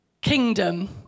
kingdom